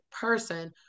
person